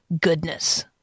goodness